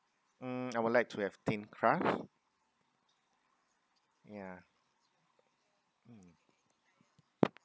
mm I would like to have thin crust yeah mm